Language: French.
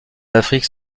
afrique